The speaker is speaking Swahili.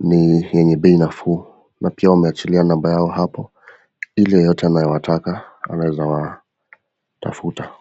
ni yenye bei nafuu na pia wameachilia namba yao hapo ili yeyote anayewataka anaweza watafuta.